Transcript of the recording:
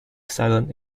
silent